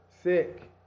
sick